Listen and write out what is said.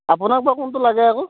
আপোনাক বা কোনটো লাগে আকৌ